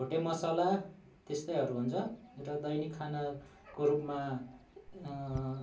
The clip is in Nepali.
भोटे मसला त्यस्तैहरू हुन्छ र दैनिक खानाको रूपमा